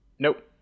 nope